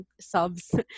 subs